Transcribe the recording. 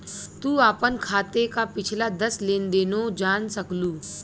तू आपन खाते क पिछला दस लेन देनो जान सकलू